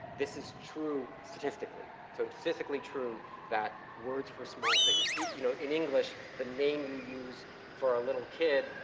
this is true statistically. so it's statistically true that words for small things, you know, in english, the name you use for a little kid,